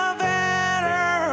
better